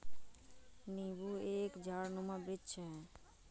नींबू एक झाड़नुमा वृक्ष है